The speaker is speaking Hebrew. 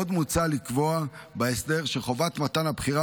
עוד מוצע לקבוע בהסדר שחובת מתן הבחירה